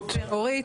ההסתייגות?